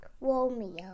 Romeo